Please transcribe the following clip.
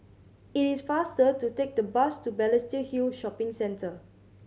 it is faster to take the bus to Balestier Hill Shopping Centre